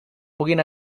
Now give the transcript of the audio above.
puguen